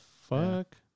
fuck